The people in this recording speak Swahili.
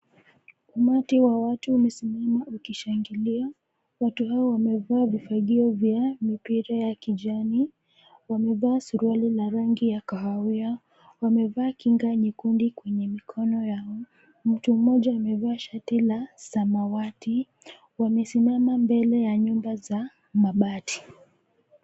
Umati wa watu umesimama ukishangilia. Watu hao wamevaa vifagio vya mipira ya kijani. Wamevaa suruali la rangi ya kahawia. Wamevaa kinga nyekundu kwenye mikono yao. Mtu mmoja amevaa shati la samwati. Wamesimama mbele ya nyumba za mabati.